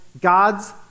God's